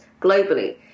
globally